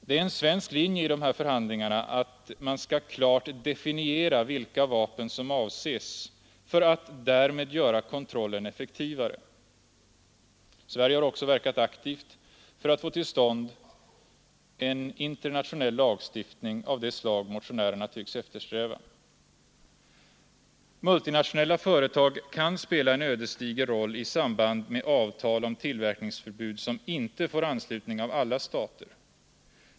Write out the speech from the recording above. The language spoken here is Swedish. Det är en svensk linje i dessa förhandlingar att man skall klart definiera vilka vapen som avses för att därmed göra kontrollen effektivare. Sverige har också verkat aktivt för att få till stånd en internationell lagstiftning av det slag som motionärerna tycks eftersträva. Multinationella företag kan spela en ödesdiger roll i samband med avtal om tillverkningsförbud som inte får anslutning av alla stater.